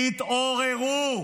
תתעוררו,